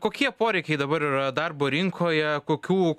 kokie poreikiai dabar yra darbo rinkoje kokių